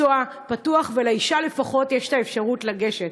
המקצוע פתוח, ולאישה לפחות יש אפשרות לגשת.